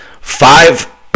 five